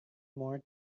more